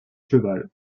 cheval